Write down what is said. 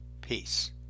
Peace